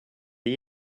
det